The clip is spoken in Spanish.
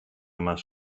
más